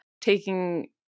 taking